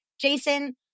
Jason